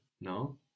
No